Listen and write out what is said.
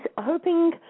hoping